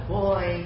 boy